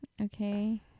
Okay